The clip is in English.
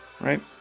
right